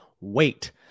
wait